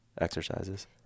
exercises